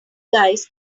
guys